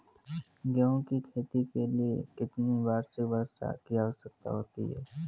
गेहूँ की खेती के लिए कितनी वार्षिक वर्षा की आवश्यकता होती है?